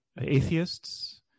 atheists